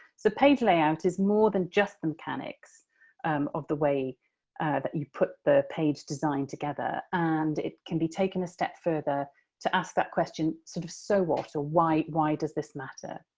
so, page layout is more than just the mechanics of the way that you put the page design together. and it can be taken a step further to ask that question, sort of so what, or why does this matter?